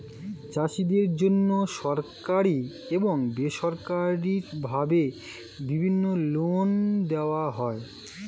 চাষীদের জন্যে সরকারি এবং বেসরকারি ভাবে বিভিন্ন লোন দেওয়া হয়